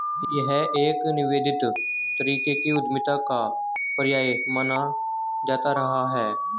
यह एक निवेदित तरीके की उद्यमिता का पर्याय माना जाता रहा है